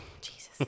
Jesus